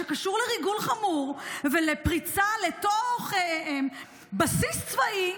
שקשור לריגול חמור ולפריצה לתוך בסיס צבאי,